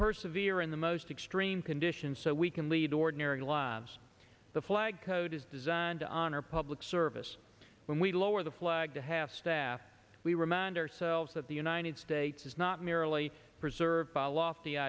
persevere in the most extreme conditions so we can lead ordinary lives the flag code is designed to honor public service when we lower the flag to half staff we remind ourselves that the united states is not merely preserved